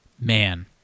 Man